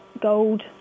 gold